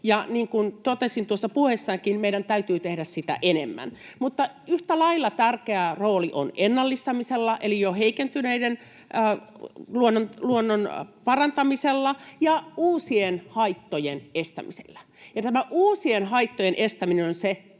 totesin tuossa puheessanikin, meidän täytyy tehdä sitä enemmän. Mutta yhtä lailla tärkeä rooli on ennallistamisella eli jo heikentyneen luonnon parantamisella ja uusien haittojen estämisellä. Tämä uusien haittojen estäminen on